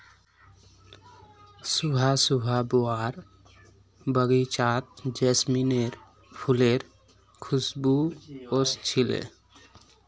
सुबह सुबह बुआर बगीचात जैस्मीनेर फुलेर खुशबू व स छिले